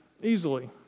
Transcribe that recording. easily